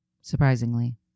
Surprisingly